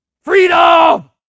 freedom